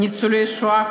ניצולי השואה,